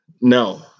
No